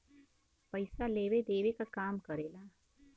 पइसा लेवे देवे क काम करेला